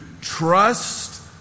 trust